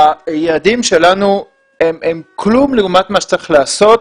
היעדים שלנו הם כלום לעומת מה שצריך לעשות.